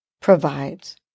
provides